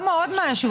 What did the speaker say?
עוד משהו.